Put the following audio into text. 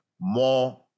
more